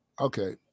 Okay